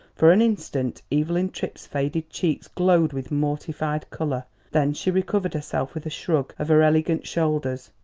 for an instant evelyn tripp's faded cheeks glowed with mortified colour then she recovered herself with a shrug of her elegant shoulders.